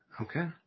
Okay